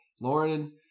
Lauren